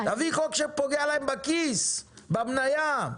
תביאי חוק שפוגע להם בכיס, במניה.